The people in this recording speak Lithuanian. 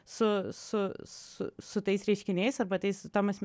su su su su tais reiškiniais arba tai su tom